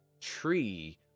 tree